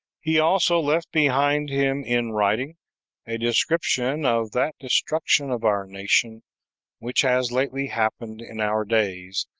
he also left behind him in writing a description of that destruction of our nation which has lately happened in our days,